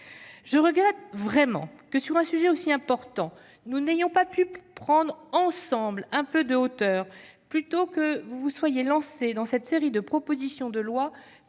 Je regrette véritablement que, sur un sujet aussi important, nous n'ayons pas pu prendre ensemble un peu de hauteur. Plutôt que de vous lancer dans cette série de propositions de loi